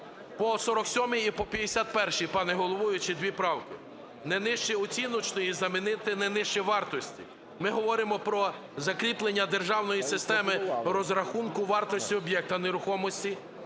По 47-й і по 51-й, пане головуючий, дві правки: "не нижче оціночної" замінити "не нижче вартості". Ми говоримо про закріплення державної системи розрахунку вартості об'єкта нерухомості,